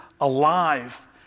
alive